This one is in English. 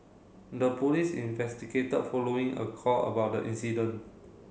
the police investigated following a call about the incident